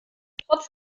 trotz